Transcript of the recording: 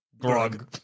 Grog